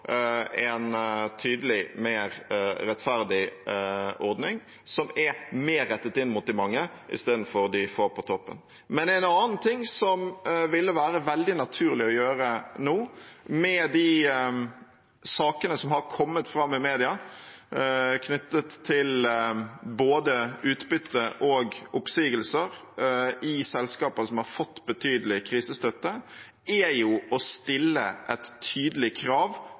en tydelig, mer rettferdig ordning som er mer rettet inn mot de mange istedenfor de få på toppen. Men en annen ting som ville være veldig naturlig å gjøre nå, med de sakene som har kommet fram i media knyttet til både utbytte og oppsigelser i selskaper som har fått betydelig krisestøtte, er å stille et tydelig krav